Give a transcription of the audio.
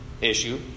issue